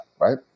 right